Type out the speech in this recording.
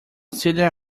celia